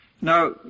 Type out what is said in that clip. Now